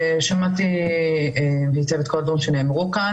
שמעתי היטב את כל הדברים שנאמרו כאן,